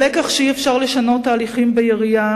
הלקח שאי-אפשר לשנות תהליכים בירייה